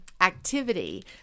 activity